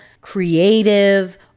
creative